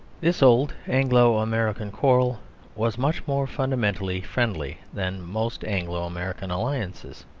this old anglo-american quarrel was much more fundamentally friendly than most anglo-american alliances.